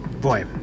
boy